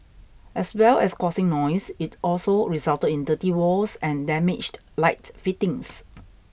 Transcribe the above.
as well as causing noise it also resulted in dirty walls and damaged light fittings